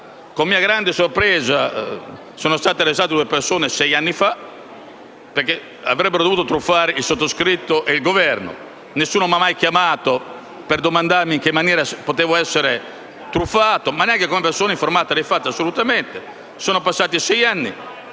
Con mia grande sorpresa sono state arrestate due persone sei anni fa, perché avrebbero dovuto truffare il sottoscritto ed il Governo. Nessuno mi ha mai chiamato per domandarmi in che maniera potevo essere truffato, neanche come persona informata dei fatti. Sono passati quasi